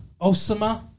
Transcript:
Osama